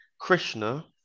Krishna